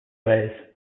ways